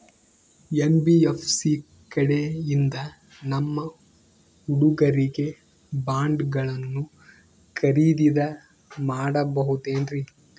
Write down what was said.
NBFC ಕಡೆಯಿಂದ ನಮ್ಮ ಹುಡುಗರಿಗೆ ಬಾಂಡ್ ಗಳನ್ನು ಖರೀದಿದ ಮಾಡಬಹುದೇನ್ರಿ?